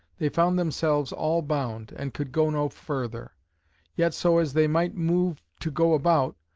they found themselves all bound, and could go no further yet so as they might move to go about,